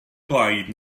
blaid